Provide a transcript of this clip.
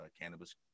Cannabis